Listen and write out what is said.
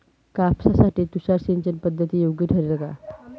कापसासाठी तुषार सिंचनपद्धती योग्य ठरेल का?